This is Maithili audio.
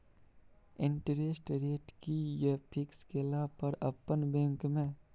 इंटेरेस्ट रेट कि ये फिक्स केला पर अपन बैंक में?